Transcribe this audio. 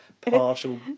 partial